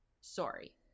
Sorry